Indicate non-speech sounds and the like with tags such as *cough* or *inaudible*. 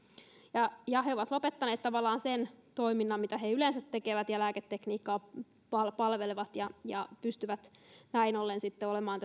ja ja he ovat lopettaneet tavallaan sen toiminnan mitä he yleensä tekevät ja millä lääketekniikkaa palvelevat ja ja pystyvät näin ollen sitten olemaan *unintelligible*